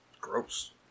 Gross